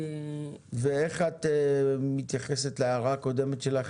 ואיך את מתייחסת להערה הקודמת שלך,